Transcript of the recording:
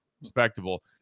respectable